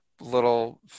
little